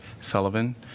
Sullivan